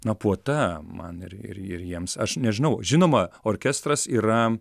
na puota man ir ir ir jiems aš nežinau žinoma orkestras yra